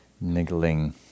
niggling